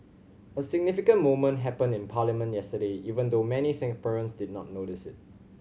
a significant moment happened in parliament yesterday even though many Singaporeans did not notice it